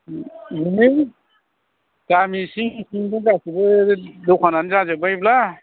ओमलै गामि सिं सिंबो गासिबो दखानानो जाजोब्बायब्ला